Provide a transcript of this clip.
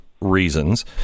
reasons